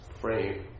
frame